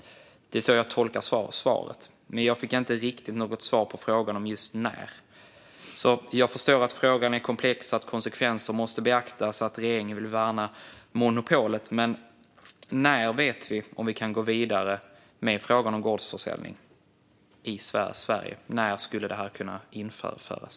Det är så jag tolkar svaret, men jag fick inte riktigt något svar på frågan om när. Jag förstår att frågan är komplex, att konsekvenser måste beaktas och att regeringen vill värna monopolet. Men när vet vi om vi kan gå vidare med frågan om gårdsförsäljning i Sverige? När skulle detta kunna införas?